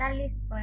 ૨૦ છે ૪૮